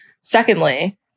Secondly